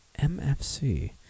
MFC